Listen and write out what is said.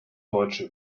deutsche